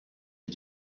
est